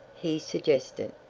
he suggested.